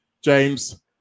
James